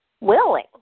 willing